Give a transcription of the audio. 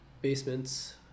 basements